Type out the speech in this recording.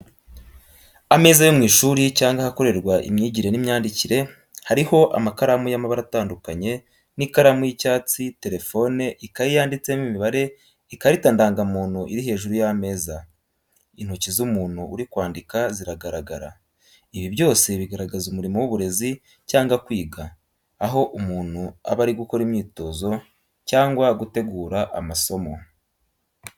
Ameza yo mu ishuri cyangwa ahakorerwa imyigire n’imyandikire. Hariho amakaramu y’amabara atandukanye n’ikaramu y’icyatsi, telefone, ikaye yanditsemo imibare, ikarita ndangamuntu iri hejuru y’ameza. Intoki z’umuntu uri kwandika ziragaragara. Ibi byose bigaragaza umurimo w’uburezi cyangwa kwiga, aho umuntu aba ari gukora imyitozo cyangwa gutegura amasomo.